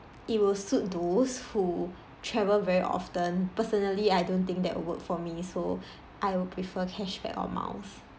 it will suit those who travel very often personally I don't think that work for me so I will prefer cashback or miles